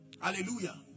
hallelujah